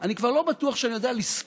אני כבר לא בטוח שאני יודע לספור